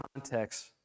context